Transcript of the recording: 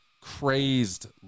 crazed